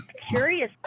curious